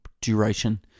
duration